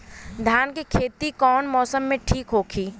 धान के खेती कौना मौसम में ठीक होकी?